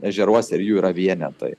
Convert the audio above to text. ežeruose ir jų yra vienetai